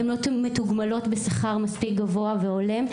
הן לא מתוגמלות בשכר מספיק גבוה והולם.